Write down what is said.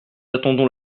attendons